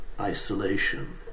isolation